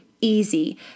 easy